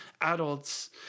adults